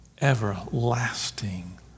everlasting